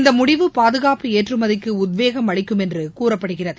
இந்த முடிவு பாதுகாப்பு ஏற்றுமதிக்கு உத்வேகம் அளிக்கும் என்று கூறப்படுகிறது